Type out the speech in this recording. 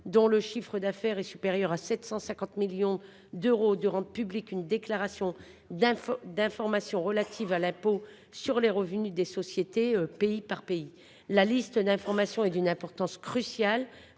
dont le chiffre d'affaires est supérieur à 750 millions d'euros de rendre publique une déclaration d'un d'informations relatives à l'impôt sur les revenus des sociétés, pays par pays. La liste d'information et d'une importance cruciale